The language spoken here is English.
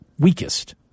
Weakest